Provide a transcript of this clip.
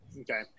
okay